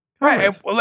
Right